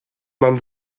man